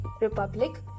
Republic